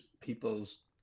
people's